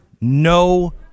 no